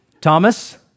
Thomas